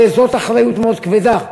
הרי זאת אחריות מאוד כבדה.